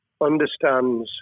understands